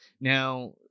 Now